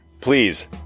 Please